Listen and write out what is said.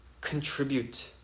contribute